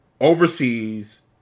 overseas